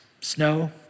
snow